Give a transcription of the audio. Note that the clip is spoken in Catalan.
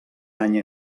any